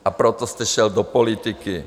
A proto jste šel do politiky.